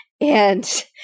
and-